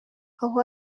aho